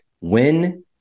when-